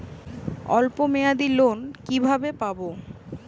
অল্প মেয়াদি লোন কিভাবে পাব?